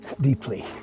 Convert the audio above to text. deeply